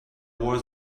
was